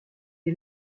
est